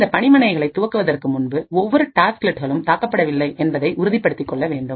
இந்த பனிமனைகளை துவக்குவதற்கு முன்புஒவ்வொரு டாஸ்க் லெட்களும் தாக்கப்படவில்லை என்பதை உறுதிப்படுத்திக் கொள்ள வேண்டும்